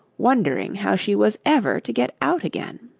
wondering how she was ever to get out again.